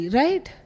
right